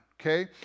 okay